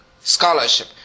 scholarship